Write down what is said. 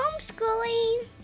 homeschooling